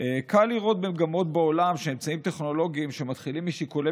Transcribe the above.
קל לראות ממגמות בעולם שאמצעים טכנולוגיים שמתחילים משיקולי